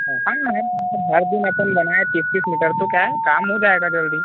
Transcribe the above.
हर दिन अपन बनाए तीस तीस मीटर तो क्या है काम हो जायेगा जल्दी